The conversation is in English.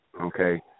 okay